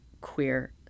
queer